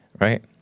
right